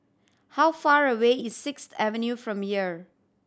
how far away is Sixth Avenue from here